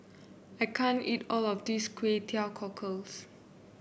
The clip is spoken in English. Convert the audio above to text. I can't eat all of this Kway Teow Cockles